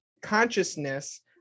consciousness